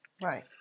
Right